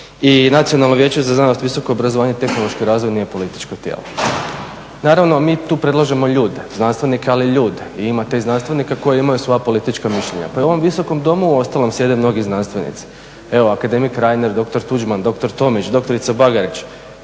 i Nacionalno vijeće za znanost, visoko obrazovanje i tehnološki razvoj nije političko tijelo. Naravno mi tu predlažemo ljude, znanstvenike ali ljude. I imate i znanstvenika koji imaju svoja politička mišljenja. Pa i u ovom Visokom domu uostalom sjede mnogi znanstvenici. Evo akademik Reiner, dr. Tuđman, dr. Tomić, dr. Bagarić